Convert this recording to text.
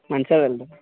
Mancherial వేళ్దాం